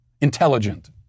intelligent